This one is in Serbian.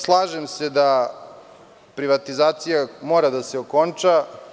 Slažem se da privatizacija mora da se okonča.